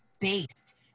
based